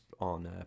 on